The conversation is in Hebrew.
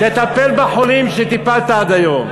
תטפל בחולים שטיפלת בהם עד היום.